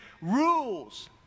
rules